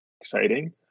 exciting